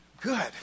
Good